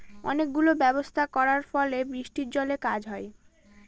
অনেক গুলো ব্যবস্থা করার ফলে বৃষ্টির জলে কাজ হয়